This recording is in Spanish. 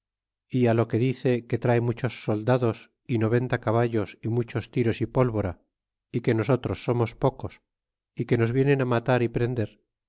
platicado lo que dice que trae muchos soldados é noventa caballos é muchos tiros e pólvora é que nosotros somos pocos que nos vienen zi matar e prender